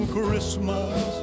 Christmas